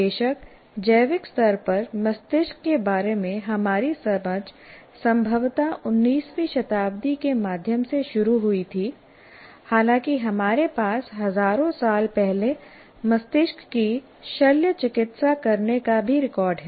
बेशक जैविक स्तर पर मस्तिष्क के बारे में हमारी समझ संभवतः 19वीं शताब्दी के मध्य में शुरू हुई थी हालांकि हमारे पास हजारों साल पहले मस्तिष्क की शल्य चिकित्सा करने का भी रिकॉर्ड है